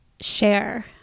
share